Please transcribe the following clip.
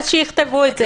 אז שיכתבו את זה.